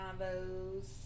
Combos